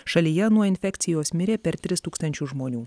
šalyje nuo infekcijos mirė per tris tūkstančius žmonių